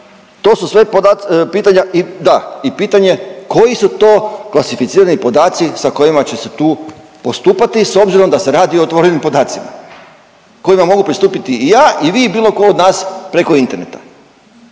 to su sve pitanja. Da, u pitanje koji su klasificirani podacima sa kojima će se tu postupati s obzirom da se radi o otvorenim podacima kojima mogu pristupiti i ja i vi i bilo ko od nas preko interneta,